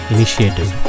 Initiative